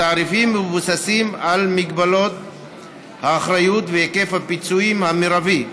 התעריפים מבוססים על מגבלות האחריות והיקף הפיצויים המרבי,